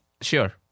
Sure